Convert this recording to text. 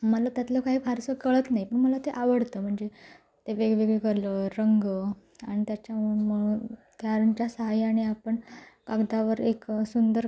मला त्यातलं काही फारसं कळत नाही पण मला ते आवडतं म्हणजे ते वेगवेगळे कलर रंग आणि त्याच्या त्या रंगाच्या सहाय्याने आपण कागदावर एक सुंदर